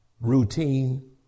routine